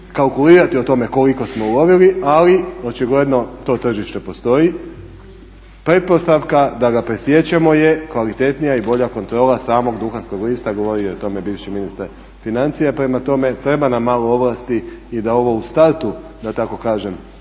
kalkulirati o tome koliko smo ulovili, ali očigledno to tržište postoji. Pretpostavka da ga presiječemo je kvalitetnija i bolja kontrola samog duhanskog lista. Govorio je o tome bivši ministar financija. Prema tome, treba nam malo ovlasti i da ovo u startu da tako kažem